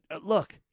Look